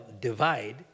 divide